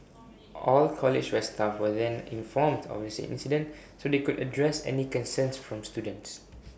all the college west staff were then informed of the incident so they could address any concerns from students